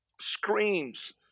screams